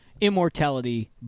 immortality